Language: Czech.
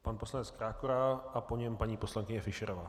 Pan poslanec Krákora a po něm paní poslankyně Fischerová.